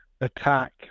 attack